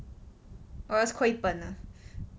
or else 亏本 ah